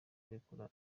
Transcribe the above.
kurekura